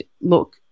look